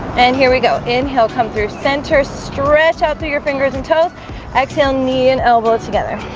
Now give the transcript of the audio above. and here we go. inhale come through center stretch out through your fingers and toes exhale knee and elbow together